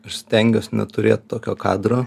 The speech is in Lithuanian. aš stengiuos neturėt tokio kadro